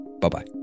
Bye-bye